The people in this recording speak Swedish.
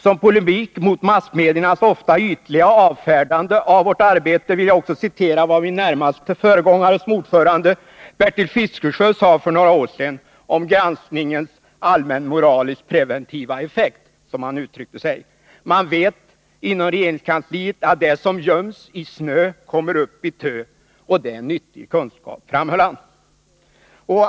Som polemik mot massmediernas ofta ytliga avfärdande av vårt arbete vill jag också citera vad min närmaste föregångare som ordförande, Bertil Fiskesjö, sade för några år sedan om granskningens allmänmoraliskt preventiva effekt, som han uttryckte sig. Man vet inom regeringskansliet att det som göms i shö kommer upp i tö, och det är en nyttig kunskap, framhöll han.